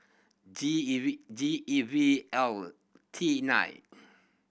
G E V G E V L T nine